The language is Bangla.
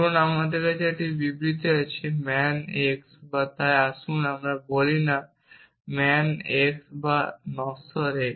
ধরুন আমার কাছে এই বিবৃতিটি আছে man x বা তাই আসুন আমরা বলি না man x বা নশ্বর x